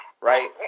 Right